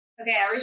okay